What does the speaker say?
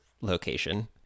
location